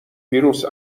ویروس